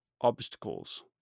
obstacles